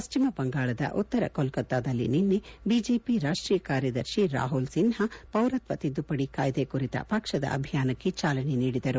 ಪಶ್ಚಿಮ ಬಂಗಾಳದ ಉತ್ತರ ಕೊಲೊತ್ತಾದಲ್ಲಿ ನಿನ್ನೆ ಬಿಜೆಪಿ ರಾಷ್ಷೀಯ ಕಾರ್ಯದರ್ಶಿ ರಾಹುಲ್ಸಿನ್ಹಾ ಪೌರತ್ವ ತಿದ್ದುಪಡಿ ಕಾಯ್ದೆ ಕುರಿತ ಪಕ್ಷದ ಅಭಿಯಾನಕ್ಕೆ ಚಾಲನೆ ನೀಡಿದರು